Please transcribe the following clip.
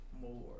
more